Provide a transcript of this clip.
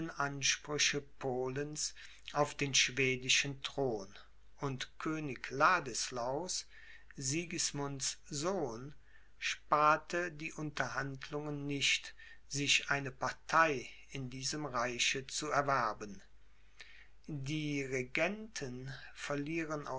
ansprüche polens auf den schwedischen thron und könig ladislaus sigismunds sohn sparte die unterhandlungen nicht sich eine partei in diesem reiche zu erwerben die regenten verlieren